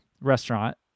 restaurant